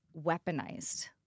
weaponized